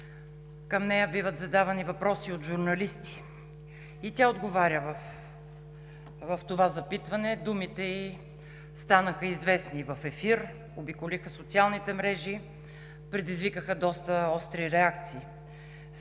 към нея биват задавани въпроси от журналисти и тя отговаря на тези запитвания. Думите й станаха известни в ефир, обиколиха социалните мрежи и предизвикаха доста остри реакции